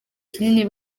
kinini